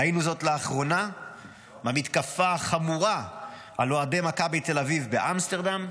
ראינו זאת לאחרונה במתקפה החמורה על אוהדי מכבי תל אביב באמסטרדם,